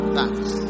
Thanks